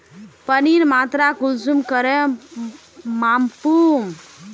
पानीर मात्रा कुंसम करे मापुम?